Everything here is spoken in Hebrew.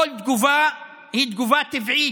כל תגובה היא תגובה טבעית,